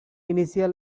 initial